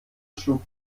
schlug